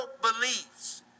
beliefs